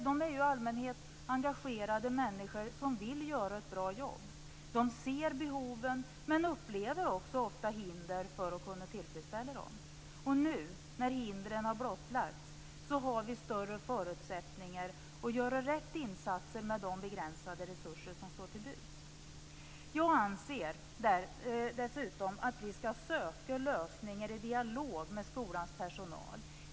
De är ju i allmänhet engagerade människor som vill göra ett bra jobb. De ser behoven men upplever också ofta hinder för att kunna tillfredsställa dem. Och nu när hindren har blottlagts har vi större förutsättningar att göra rätt insatser med de begränsade resurser som står till buds. Jag anser dessutom att vi skall söka lösningar i dialog med skolans personal.